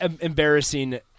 embarrassing